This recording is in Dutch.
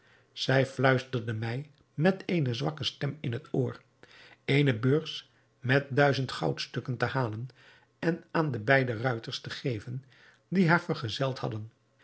zij fluisterde mij met eene zwakke stem in het oor eene beurs met duizend goudstukken te halen en aan de beide ruiters te geven die haar vergezeld hadden